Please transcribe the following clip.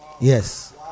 yes